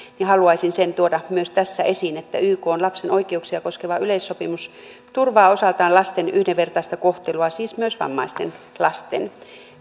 haluaisin sen tuoda myös tässä esiin että ykn lapsen oikeuksia koskeva yleissopimus turvaa osaltaan lasten yhdenvertaista kohtelua siis myös vammaisten lasten